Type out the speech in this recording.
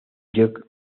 chuck